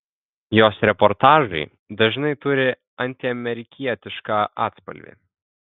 jos reportažai dažnai turi antiamerikietišką atspalvį